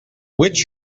which